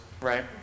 right